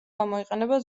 გამოიყენება